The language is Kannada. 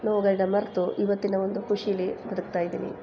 ನೋವುಗಳನ್ನ ಮರೆತು ಇವತ್ತಿನ ಒಂದು ಖುಷಿಲಿ ಬದುಕ್ತಾ ಇದ್ದೀನಿ